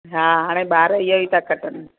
हा हाणे ॿार इहेई था कटणु